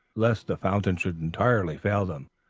lest the fountain should entirely fail them.